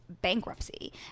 bankruptcy